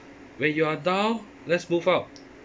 when you are down let's move up